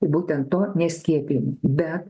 būtent to neskiepijimo bet